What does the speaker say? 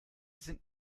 sind